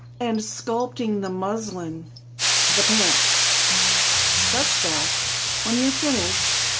and sculpting the muslin to the pants such that when you're finished